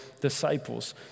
disciples